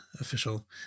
official